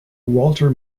walter